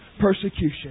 persecution